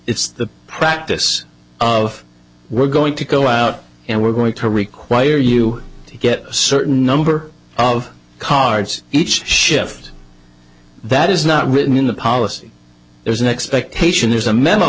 it's the practice of we're going to go out and we're going to require you to get a certain number of cards each shift that is not written in the policy there's an expectation